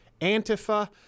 Antifa